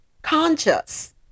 conscious